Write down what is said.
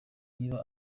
niba